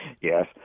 Yes